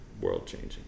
world-changing